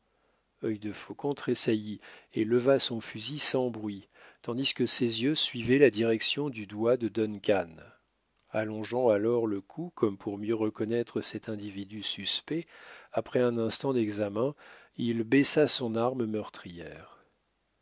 marche œil de faucon tressaillit et leva son fusil sans bruit tandis que ses yeux suivaient la direction du doigt de duncan allongeant alors le cou comme pour mieux reconnaître cet individu suspect après un instant d'examen il baissa son arme meurtrière